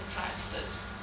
practices